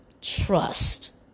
Trust